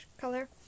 color